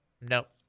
Nope